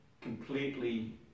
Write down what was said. completely